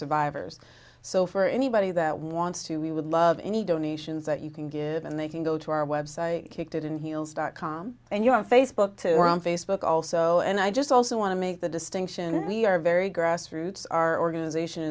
survivors so for anybody that wants to we would love any donations that you can give and they can go to our website kicked it in heels dot com and you're on facebook too on facebook also and i just also want to make the distinction we are very grassroots our organization